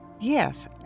Yes